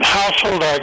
household